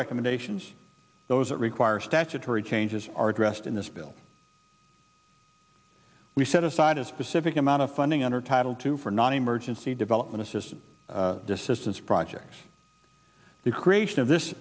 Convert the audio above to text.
recommendations those that require statutory changes are addressed in this bill we set aside a specific amount of funding under title two for non emergency development assistance systems projects the creation of this